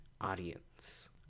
audience